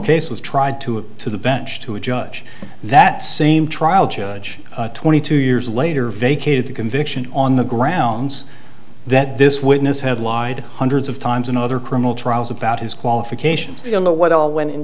case was tried to add to the bench to a judge that same trial judge twenty two years later vacated the conviction on the grounds that this witness had lied hundreds of times in other criminal trials about his qualifications i don't know what all went